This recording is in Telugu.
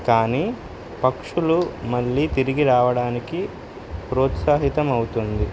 కానీ పక్షులు మళ్ళీ తిరిగి రావడానికి ప్రోత్సాహితంమవుతుంది